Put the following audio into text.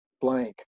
blank